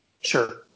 Sure